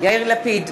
יאיר לפיד,